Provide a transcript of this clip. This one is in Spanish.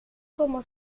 como